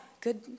good